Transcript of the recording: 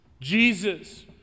Jesus